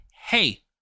Hey